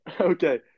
Okay